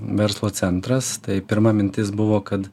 verslo centras tai pirma mintis buvo kad